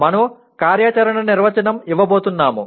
మనము కార్యాచరణ నిర్వచనం ఇవ్వబోతున్నాము